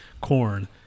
corn